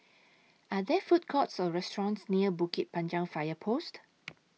Are There Food Courts Or restaurants near Bukit Panjang Fire Post